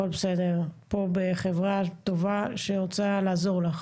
הכל בסדר, את פה בחברה טובה שרוצה לעזור לך.